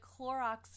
Clorox